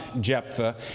Jephthah